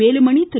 Velumani Thiru